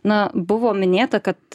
na buvo minėta kad